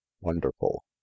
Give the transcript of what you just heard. wonderful